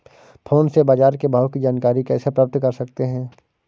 Phone से बाजार के भाव की जानकारी कैसे प्राप्त कर सकते हैं?